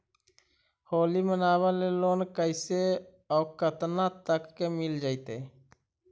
होली मनाबे ल लोन कैसे औ केतना तक के मिल जैतै?